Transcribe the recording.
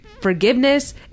forgiveness